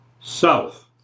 South